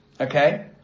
Okay